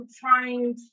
trying